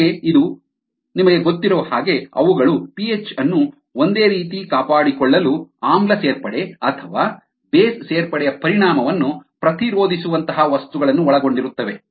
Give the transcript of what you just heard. ನಿಮಗೆ ಇದು ನಿಮಗೆ ಗೊತ್ತಿರುವ ಹಾಗೆ ಅವುಗಳು ಪಿಹೆಚ್ ಅನ್ನು ಒಂದೇ ರೀತಿ ಕಾಪಾಡಿಕೊಳ್ಳಲು ಆಮ್ಲ ಸೇರ್ಪಡೆ ಅಥವಾ ಬೇಸ್ ಸೇರ್ಪಡೆಯ ಪರಿಣಾಮವನ್ನು ಪ್ರತಿರೋಧಿಸುವಂತಹ ವಸ್ತುಗಳನ್ನು ಒಳಗೊಂಡಿರುತ್ತವೆ